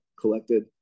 collected